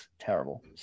terrible